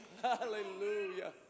Hallelujah